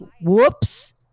whoops